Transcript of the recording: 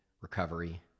recovery